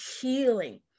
healing